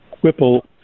Whipple